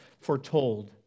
foretold